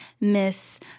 Miss